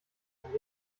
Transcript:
von